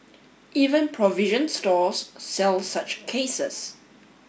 even provision stores sell such cases